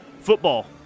Football